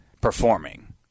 performing